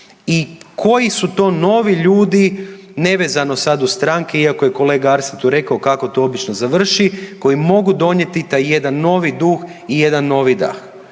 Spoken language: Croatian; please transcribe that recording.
i koji su to novi ljudi nevezano sad uz stranke, iako je kolega Arsen tu rekao kako to obično završi, koji mogu donijeti taj jedan novi duh i jedan novi dah.